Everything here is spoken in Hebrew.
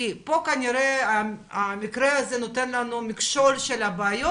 כי פה כנראה המקרה הזה נותן לנו מכשול של בעיות,